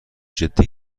جدی